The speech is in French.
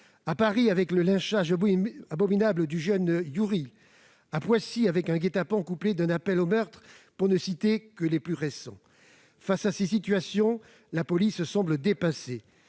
à Paris, avec le lynchage abominable du jeune Yuriy ; à Poissy, avec un guet-apens couplé à un appel au meurtre, pour ne citer que les plus récents. Face à ces situations, la police semble dépassée.